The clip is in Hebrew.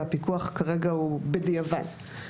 והפיקוח כרגע הוא בדיעבד.